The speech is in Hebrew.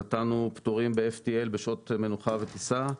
נתנו פטורים ב-FTL בשעות מנוחה וטיסה.